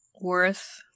worth